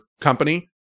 company